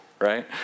right